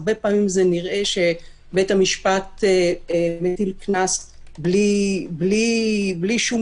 הרבה פעמים נראה שבית המשפט מטיל קנס בלי שום